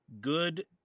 good